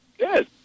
Good